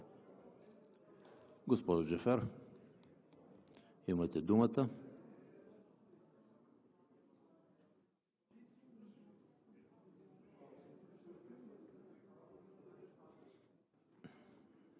Госпожо Джафер, имате думата.